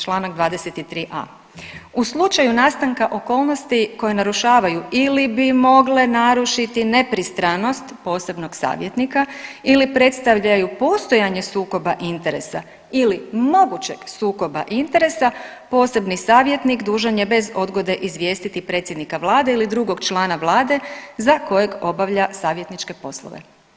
Članak 23a., u slučaju nastanka okolnosti koje narušavaju ili bi mogle narušiti nepristranost posebnog savjetnika ili predstavljaju postojanje sukoba interesa ili mogućeg sukoba interesa posebni savjetnik dužan je bez odgode izvijestiti predsjednika vlade ili drugo člana vlade za kojeg obavlja savjetničke poslove.